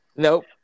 Nope